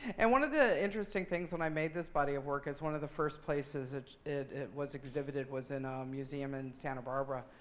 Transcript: and one of the interesting things when i made this body of work is one of the first places it it was exhibited was in a museum in santa barbara.